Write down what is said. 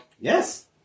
Yes